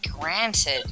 granted